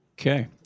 Okay